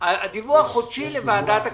שואל על דיווח חודשי לוועדת הכספים.